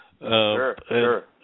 Sure